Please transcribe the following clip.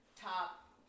top